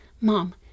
Mom